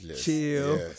chill